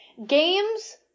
Games